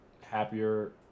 happier